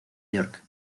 york